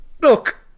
look